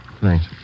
Thanks